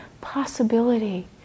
possibility